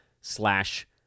slash